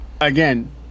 again